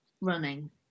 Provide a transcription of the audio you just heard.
running